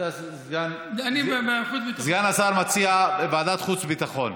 אני מציע חוץ וביטחון.